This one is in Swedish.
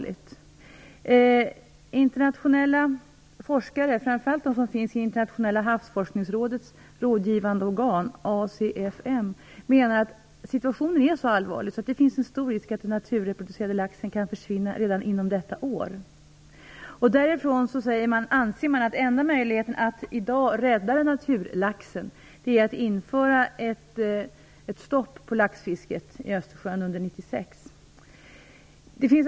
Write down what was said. Internationella forskare, framför allt de i Internationella havsforskningsrådets rådgivande organ, ACFM, menar att situationen är så allvarlig att det finns en stor risk att den naturreproducerande laxen kan försvinna redan inom detta år. Man anser att den enda möjligheten att i dag rädda naturlaxen är att införa ett stopp på laxfisket i Östersjön under år 1996.